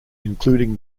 including